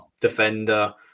defender